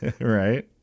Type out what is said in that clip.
Right